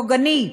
פוגעני.